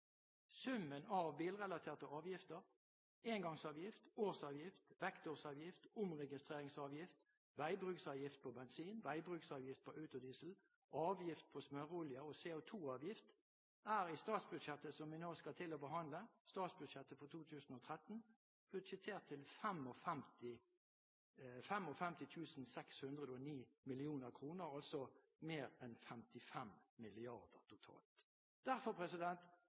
Summen av bilrelaterte avgifter – engangsavgift, årsavgift, vektårsavgift, omregistreringsavgift, veibruksavgift på bensin, veibruksavgift på autodiesel, avgift på smøreolje og CO2-avgift – er i statsbudsjettet som vi nå skal til å behandle, statsbudsjettet for 2013, budsjettert til 55 609 mill. kr, altså mer enn 55 mrd. kr totalt. Derfor